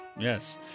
Yes